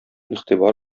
игътибар